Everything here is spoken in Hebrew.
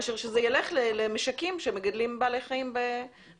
מאשר שזה ילך למשקים שמגדלים בעלי חיים בסבל.